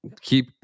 keep